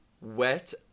wet